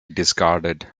discarded